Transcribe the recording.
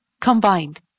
combined